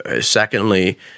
secondly